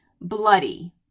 bloody